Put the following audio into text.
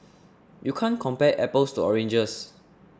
you can't compare apples to oranges